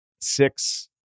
six